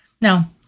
Now